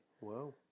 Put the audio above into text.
Wow